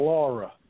Laura